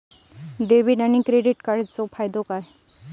Debit आणि credit कार्डचो फायदो काय?